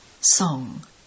Song